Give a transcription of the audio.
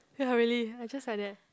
ya really I just like that